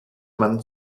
man